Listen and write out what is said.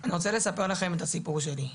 אני רוצה לספר לכם את הסיפור שלי,